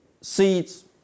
Seeds